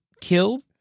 killed